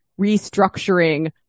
restructuring